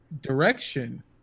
Direction